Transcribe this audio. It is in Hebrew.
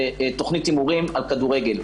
זה תכנית הימורים על כדורגל.